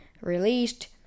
released